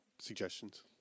suggestions